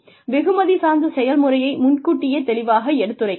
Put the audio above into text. வெகுமதி சார்ந்த செயல்முறையை முன்கூட்டியே தெளிவாக எடுத்துரைக்கலாம்